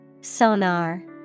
Sonar